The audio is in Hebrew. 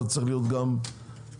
צריך להיות גם כאן.